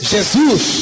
Jesus